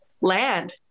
land